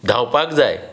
धांवपाक जाय